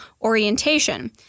orientation